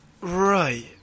Right